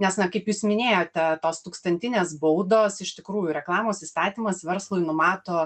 nes na kaip jūs minėjote tos tūkstantinės baudos iš tikrųjų reklamos įstatymas verslui numato